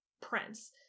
Prince